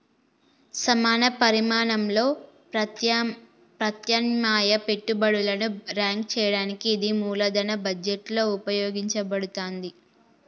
సమాన పరిమాణంలో ప్రత్యామ్నాయ పెట్టుబడులను ర్యాంక్ చేయడానికి ఇది మూలధన బడ్జెట్లో ఉపయోగించబడతాంది